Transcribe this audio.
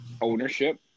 ownership